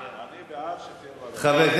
אני בעד שתהיה ועדת,